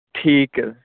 ਠੀਕ ਹੈ